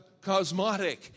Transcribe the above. cosmotic